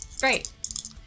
great